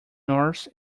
norse